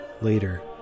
Later